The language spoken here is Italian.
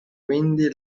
quindi